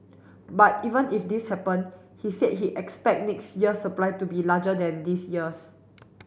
but even if this happen he said he expect next year's supply to be larger than this year's